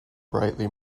brightly